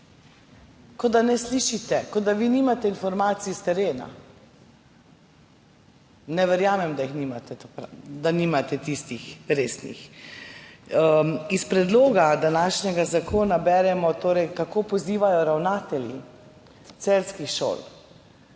kot da ne slišite, kot da vi nimate informacij s terena. Ne verjamem, da jih nimate, da nimate tistih resnih. Iz predloga današnjega zakona beremo, kako pozivajo ravnatelji celjskih šol.